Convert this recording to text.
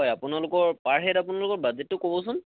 হয় আপোনালোকৰ per head আপোনালোকৰ বাজেটটো ক'বচোন